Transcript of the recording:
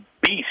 beast